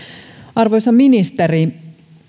arvoisa ministeri